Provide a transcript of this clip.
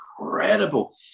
incredible